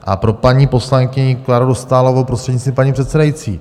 A pro paní poslankyni Kláru Dostálovou, prostřednictvím paní předsedající.